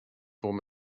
worum